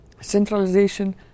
centralization